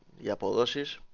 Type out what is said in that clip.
the polish